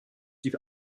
die